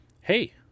hey